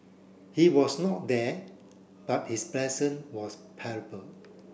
he was not there but his presence was